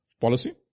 policy